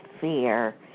fear